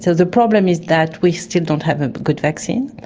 so the problem is that we still don't have a good vaccine,